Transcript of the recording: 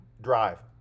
drive